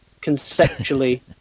conceptually